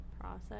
process